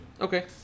Okay